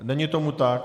Není tomu tak.